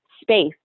space